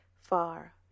far